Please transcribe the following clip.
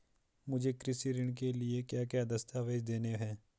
मुझे कृषि ऋण के लिए क्या क्या दस्तावेज़ देने हैं?